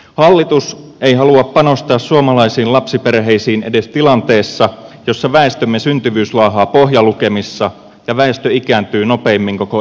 hallitus ei halua panostaa suomalaisiin lapsiperheisiin edes tilanteessa jossa väestömme syntyvyys laahaa pohjalukemissa ja väestö ikääntyy nopeimmin koko euroopassa